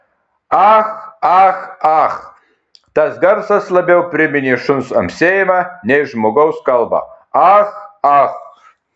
ah ah ah tas garsas labiau priminė šuns amsėjimą nei žmogaus kalbą ah ah